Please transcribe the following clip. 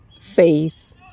faith